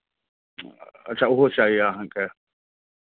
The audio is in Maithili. अच्छा ओहो चाही अहाँकेँ